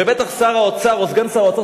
ובטח שר האוצר או סגן שר האוצר,